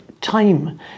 time